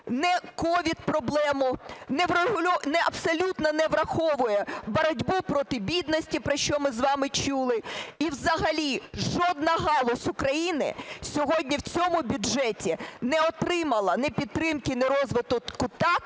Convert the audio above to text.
ні COVID проблему, абсолютно не враховує боротьбу проти бідності, про що ми з вами чули, і взагалі жодна галузь України сьогодні в цьому бюджеті не отримала ні підтримки, ні розвитку, так,